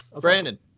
Brandon